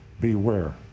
beware